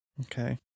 Okay